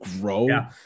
grow